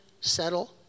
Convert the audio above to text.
settle